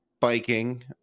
biking